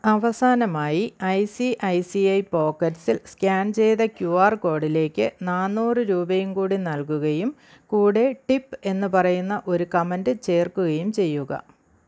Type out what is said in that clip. അവസാനമായി I C I C I പോക്കറ്റ്സിൽ scan ചെയ്ത ക്യു ആർ കോഡിലേക്കു നാന്നൂറ് രൂപയും കൂടി നൽകുകയും കൂടെ ടിപ്പ് എന്നു പറയുന്ന ഒരു കമൻ്റ് ചേർക്കുകയും ചെയ്യുക